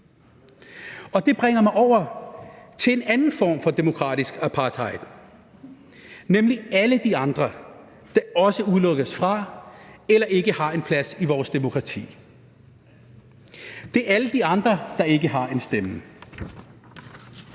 Det bringer mig over til en anden form for demokratisk apartheid, nemlig alle de andre, der også udelukkes fra eller ikke har en plads i vores demokrati. Det er alle de andre, der ikke har en stemme.